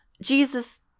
Jesus